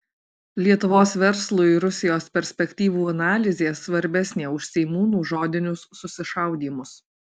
lietuvos verslui rusijos perspektyvų analizė svarbesnė už seimūnų žodinius susišaudymus